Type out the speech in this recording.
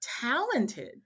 talented